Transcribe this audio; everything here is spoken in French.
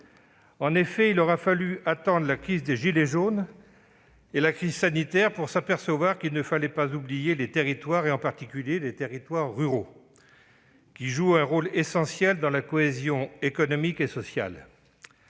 En effet, il aura fallu attendre la crise des « gilets jaunes » et la crise sanitaire pour se rendre compte de la nécessité de ne pas oublier les territoires, en particulier les territoires ruraux, qui jouent un rôle essentiel dans la cohésion économique et sociale.